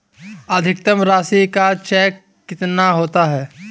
अधिकतम राशि का चेक कितना होता है?